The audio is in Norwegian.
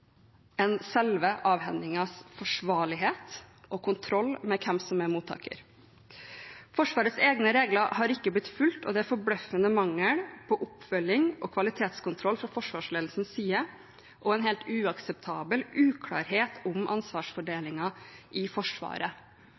enn selve avhendingens forsvarlighet og kontroll med hvem som er mottaker. Forsvarets egne regler har ikke blitt fulgt, det er en forbløffende mangel på oppfølging og kvalitetskontroll fra forsvarsledelsens side og en helt uakseptabel uklarhet om ansvarsfordelingen i Forsvaret.